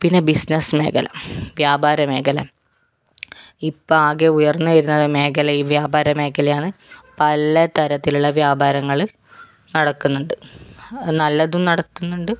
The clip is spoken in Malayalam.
പിന്നെ ബിസിനസ് മേഖല വ്യാപാര മേഖല ഇപ്പം ആകെ ഉയർന്നുവരുന്ന മേഖല ഈ വ്യാപാര മേഖലയാണ് പലതരത്തിലുള്ള വ്യാപാരങ്ങള് നടക്കുന്നുണ്ട് നല്ലതും നടക്കുന്നുണ്ട്